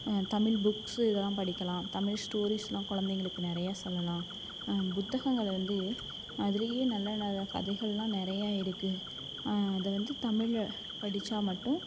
Tamil books இதெல்லாம் படிக்கலாம் தமிழ் ஸ்டோரிஸ்லாம் குலந்தைங்களுக்கு நிறையா சொல்லலாம் புத்தகங்களை வந்து அதுலேயே நல்ல நல்ல கதைகள்லாம் நிறைய இருக்குது அதை வந்து தமிழை படித்தா மட்டும்